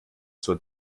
zur